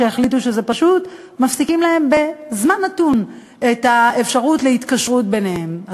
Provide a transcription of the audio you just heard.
החליטו שפשוט מפסיקים להם בזמן נתון את האפשרות להתקשרות ביניהם.